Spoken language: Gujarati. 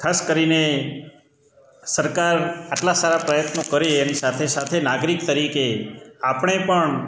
ખાસ કરીને સરકાર આટલા સારા પ્રયત્નો કરી એની સાથે સાથે નાગરિક તરીકે આપણે પણ